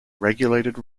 regulated